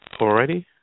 Alrighty